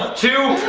two,